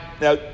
now